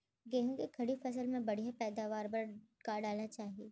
गेहूँ के खड़ी फसल मा बढ़िया पैदावार बर का डालना चाही?